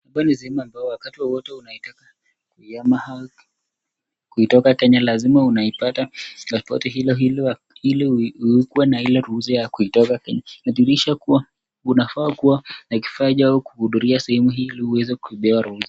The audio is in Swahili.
Hapa ni sehemu ambayo wakati wowote unaitaka kuihama au kuitoka Kenya lazima unaipata ripoti ili ukuwe na ruhusa ile ya kuitoka Kenya, inadhihirisha kuwa unafaa kuwa na kifaa chao kuhudhuria sehemu hii ili uweze kupewa ruhusa.